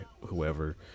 whoever